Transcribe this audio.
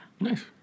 Nice